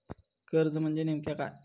कर्ज म्हणजे नेमक्या काय?